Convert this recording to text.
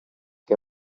che